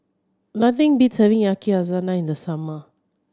nothing beats having Yakizakana in the summer